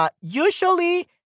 Usually